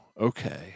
Okay